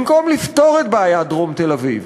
במקום לפתור את בעיית דרום תל-אביב,